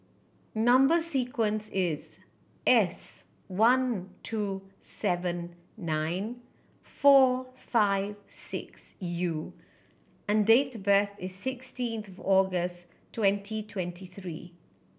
number sequence is S one two seven nine four five six U and date birth is sixteen August twenty twenty three